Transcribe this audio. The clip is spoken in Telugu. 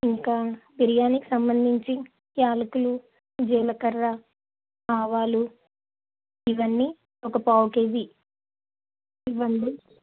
ఇంకా బిర్యానీకి సంబంధించి యాలకులు జీలకర్ర ఆవాలు ఇవన్నీ ఒక పావు కేజీ ఇవ్వండి